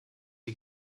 die